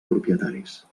propietaris